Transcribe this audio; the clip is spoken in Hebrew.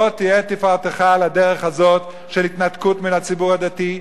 לא תהיה תפארתך על הדרך הזאת של התנתקות מן הציבור הדתי,